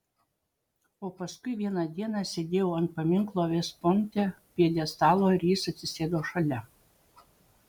o paskui vieną dieną sėdėjau ant paminklo vest pointe pjedestalo ir jis atsisėdo šalia